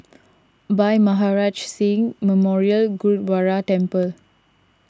Bhai Maharaj Singh Memorial Gurdwara Temple